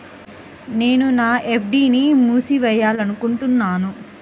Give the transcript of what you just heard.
నేను నా ఎఫ్.డీ ని మూసివేయాలనుకుంటున్నాను